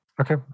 Okay